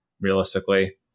realistically